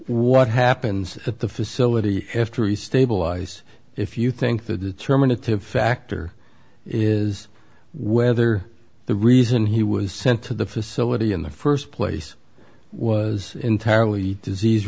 what happens at the facility if to restabilize if you think the determinative factor is whether the reason he was sent to the facility in the st place was entirely disease